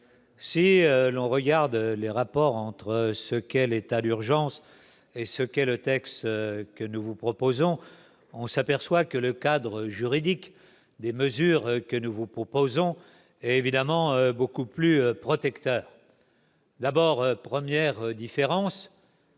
Si l'on regarde les rapports entre ce qu'est l'état d'urgence et ce qu'est le texte que nous vous proposons, on s'aperçoit que le cadre juridique des mesures que nous vous proposons évidemment beaucoup plus protecteur d'abord 1ère différence.